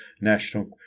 national